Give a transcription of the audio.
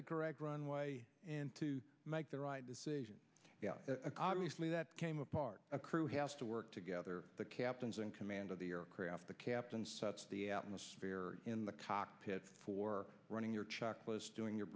the correct runway and to make the right decision obviously that came apart a crew has to work together the captains in command of the aircraft the captain sets the atmosphere in the cockpit for running your checklist doing your